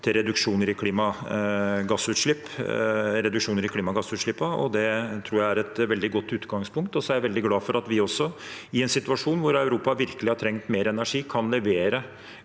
til reduksjoner i klimagassutslippene, og det tror jeg er et veldig godt utgangspunkt. Jeg er veldig glad for at vi, i en situasjon hvor Europa virkelig har trengt mer energi, kunne levere